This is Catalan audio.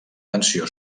tensió